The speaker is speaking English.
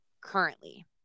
currently